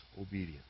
obedience